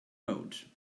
road